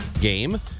game